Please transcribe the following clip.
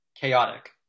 chaotic